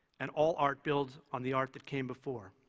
and all art builds on the art that came before.